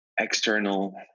external